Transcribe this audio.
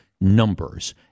numbers